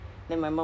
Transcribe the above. mm